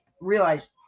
Realize